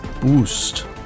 boost